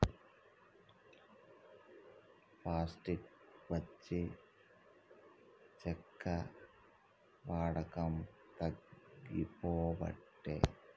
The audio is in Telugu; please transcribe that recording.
పాస్టిక్ వచ్చి చెక్క వాడకం తగ్గిపోబట్టే